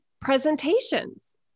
presentations